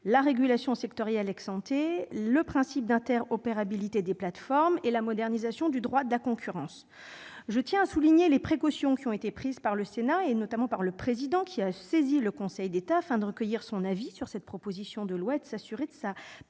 la régulation sectorielle, le principe d'interopérabilité des plateformes et la modernisation du droit de la concurrence. Je tiens à souligner les précautions qui ont été prises par le Sénat, notamment par son président, qui a saisi le Conseil d'État, afin de recueillir son avis sur cette proposition de loi et de s'assurer de sa portée